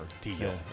deal